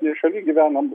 šaly gyvenam